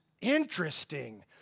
interesting